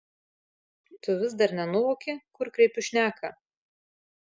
tu vis dar nenuvoki kur kreipiu šneką